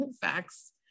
facts